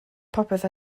popeth